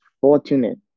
fortunate